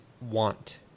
want